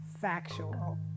factual